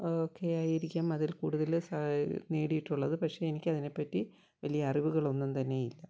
ഒക്കെയായിരിക്കാം അതിൽ കൂടുതല് നേടിയിട്ടുള്ളത് പക്ഷേ എനിക്കതിനെപ്പറ്റി വലിയ അറിവുകളൊന്നും തന്നെയില്ല